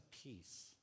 peace